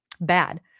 bad